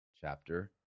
chapter